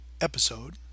episode